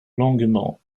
longuement